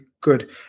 good